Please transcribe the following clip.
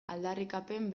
aldarrikapen